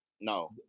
no